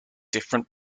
different